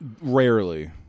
Rarely